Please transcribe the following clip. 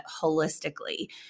holistically